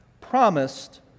promised